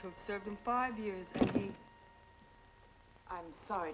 in five years i'm sorry